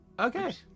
Okay